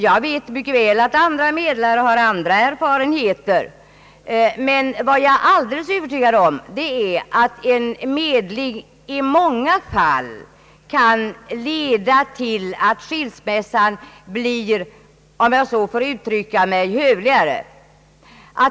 Jag vet mycket väl att andra medlare har andra erfarenheter, men jag är helt övertygad om att en medling i många fall kan leda till att skilsmässan blir, om jag så får uttrycka mig, hövligare.